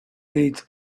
needs